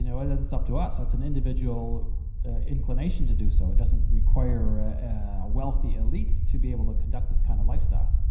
you know, and that's up to us, that's an individual inclination to do so. it doesn't require a wealthy elite to be able to conduct this kind of lifestyle.